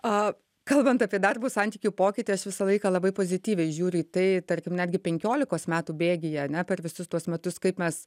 a kalbant apie darbo santykių pokytį aš visą laiką labai pozityviai žiūri į tai tarkim netgi penkiolikos metų bėgyje ane per visus tuos metus kaip mes